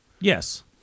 Yes